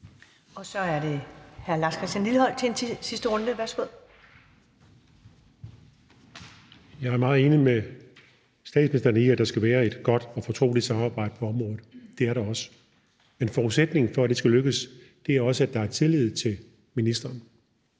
Så er det hr. Lars Christian Lilleholt til en sidste runde. Værsgo. Kl. 13:09 Lars Christian Lilleholt (V): Jeg er meget enig med statsministeren i, at der skal være et godt og fortroligt samarbejde på området. Det er der også. Men forudsætningen for, at det skal lykkes, er også, at der er tillid til ministeren,